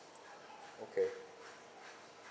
okay